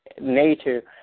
nature